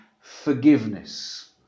forgiveness